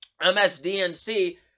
MSDNC